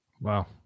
Wow